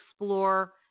explore